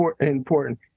important